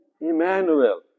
Emmanuel